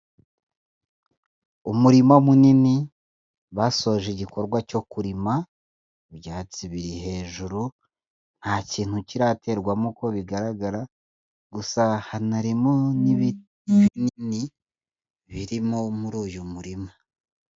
Umurima munini basoje igikorwa cyo kurima, ibyatsi biri hejuru. Nta kintu kiraterwamo uko bigaragara. Gusa hanarimo n'ibiti binini birimo muri uyu murima.